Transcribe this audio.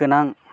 गोनां